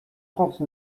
trente